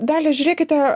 dalia žiūrėkite